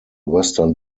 western